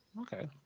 Okay